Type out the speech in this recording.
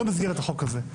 לא במסגרת החוק הזה.